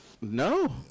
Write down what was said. No